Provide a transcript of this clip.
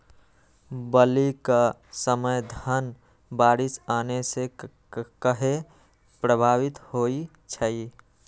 बली क समय धन बारिस आने से कहे पभवित होई छई?